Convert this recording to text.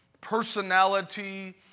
personality